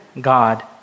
God